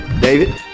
David